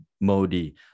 Modi